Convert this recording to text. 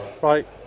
Right